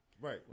right